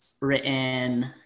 written